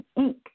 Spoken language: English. ink